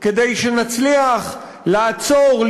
כדי שנצליח לעצור,